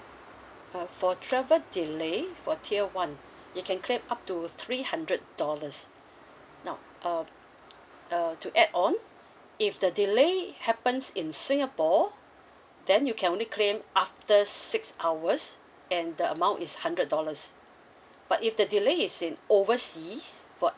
uh for travel delay for tier one you can claim up to three hundred dollars now um err to add on if the delay happens in singapore then you can only claim after six hours and the amount is hundred dollars but if the delay is in overseas for